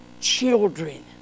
children